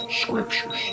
scriptures